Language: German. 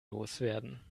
loswerden